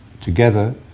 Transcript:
together